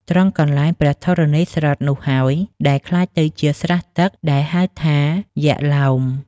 ត្រង់កន្លែងព្រះធរណីស្រុតនោះហើយ ដែលក្លាយទៅជាស្រះទឹក ដែលហៅថាយក្ខឡោម។